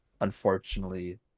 unfortunately